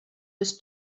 was